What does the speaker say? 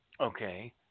okay